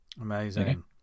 amazing